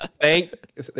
thank